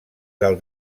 del